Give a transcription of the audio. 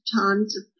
times